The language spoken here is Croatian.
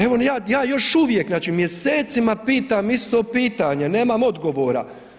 Evo, ja, još uvijek mjesecima pitam isto pitanje, nemam odgovora.